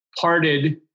parted